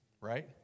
right